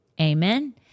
amen